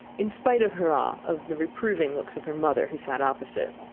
in spite of her awe of the reproving looks of her mother, who sat opposite.